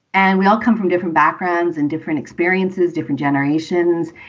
and we all come from different backgrounds and different experiences, different generations.